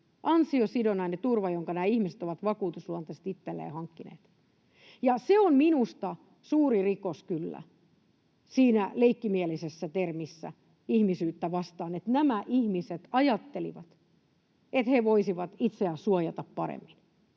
ansiosidonnainen turva, jonka nämä ihmiset ovat vakuutusluontoisesti itselleen hankkineet. Se on minusta suuri rikos kyllä siinä leikkimielisessä termissä ”ihmisyyttä vastaan”, että nämä ihmiset ajattelivat, että he voisivat itseään suojata paremmin,